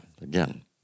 again